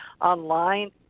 online